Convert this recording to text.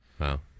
Wow